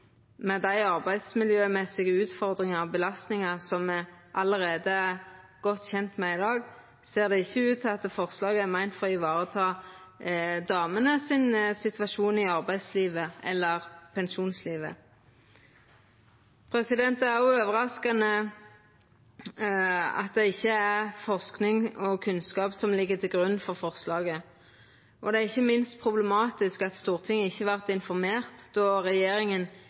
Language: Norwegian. dei arbeidsmiljømessige utfordringane og belastningane som me allereie er godt kjende med i dag, ser det ikkje ut til at forslaget er meint for å varetaka damene sin situasjon i arbeidslivet, eller i pensjonslivet. Det er òg overraskande at det ikkje er forsking og kunnskap som ligg til grunn for forslaget. Det er ikkje minst problematisk at Stortinget ikkje vart informert då regjeringa,